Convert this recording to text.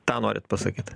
tą norit pasakyt